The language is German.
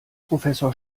professor